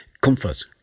Comfort